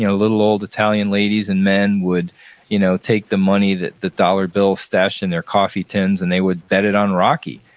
ah little old italian ladies and men would you know take the money, the dollar bills stashed in their coffee tins and they would bet it on rocky.